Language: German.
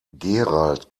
gerald